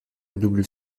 double